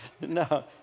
no